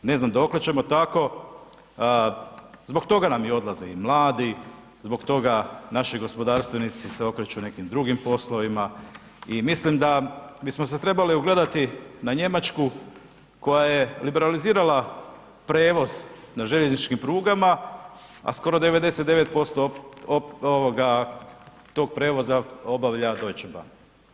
Ne znam dokle ćemo tako, zbog toga nam i odlaze i mladi i zbog toga naši gospodarstveni se okreću nekim drugim poslovima i mislim da bismo se trebali ugledati na Njemačku koja je liberalizirala prijevoz na željezničkim prugama, a skoro 99% ovoga toga prijevoza obavlja Deutsche Bahn.